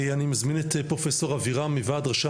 אני מזמין את פרופ' אבירם מוועד ראשי